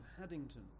Haddington